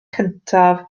cyntaf